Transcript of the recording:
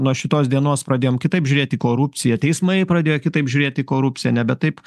nuo šitos dienos pradėjom kitaip žiūrėt į korupciją teismai pradėjo kitaip žiūrėt į korupciją nebe taip